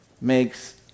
makes